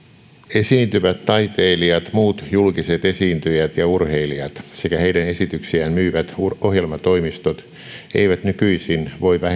esiintyvät taiteilijat muut julkiset esiintyjät ja urheilijat sekä heidän esityksiään myyvät ohjelmatoimistot eivät nykyisin voi